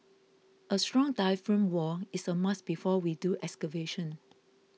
a strong diaphragm wall is a must before we do excavation